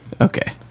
Okay